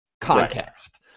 context